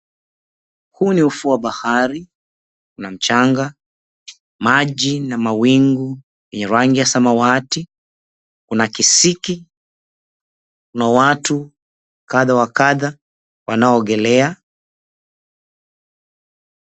Huu ni ufuo wa bahari, kuna mchanga, maji na mawingu yenye rangi ya samawati, kuna kisiki, kuna watu kadhaa wa kadhaa wanaoogelea.